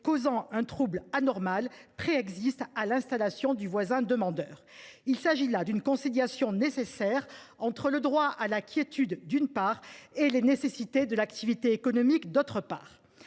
causant un trouble anormal préexiste à l’installation du voisin demandeur. Il s’agit là d’une conciliation nécessaire entre le droit à la quiétude, d’une part, et les nécessités de l’activité économique, d’autre part.